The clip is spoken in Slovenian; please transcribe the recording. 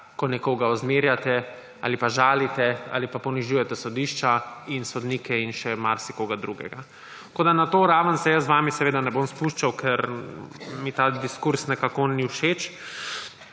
ko nekoga ozmerjate ali pa žalite ali pa ponižujete sodišča in sodnike in še marsikoga drugega. Tako da na to raven se jaz z vami ne bom spuščal, ker mi ta diskurz nekako ni všeč